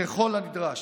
ככל הנדרש,